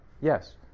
Yes